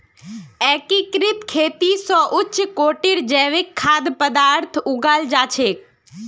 एकीकृत खेती स उच्च कोटिर जैविक खाद्य पद्दार्थ उगाल जा छेक